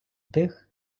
тих